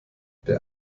der